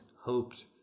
hoped